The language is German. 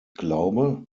glaube